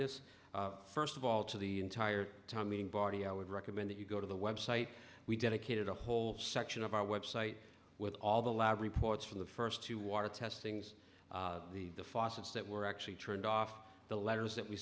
this first of all to the entire time meaning body i would recommend that you go to the website we dedicated a whole section of our website with all the lab reports from the first two water testings the faucets that were actually turned off the letters that we